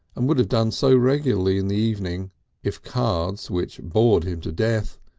and would have done so regularly in the evening if cards, which bored him to death,